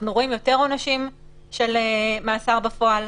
אנחנו רואים יותר עונשים של מאסר בפועל,